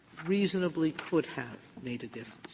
reasonably could have made a difference?